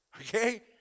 Okay